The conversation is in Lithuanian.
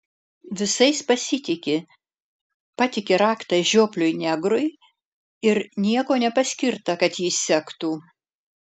visais pasitiki patiki raktą žiopliui negrui ir nieko nepaskirta kad jį sektų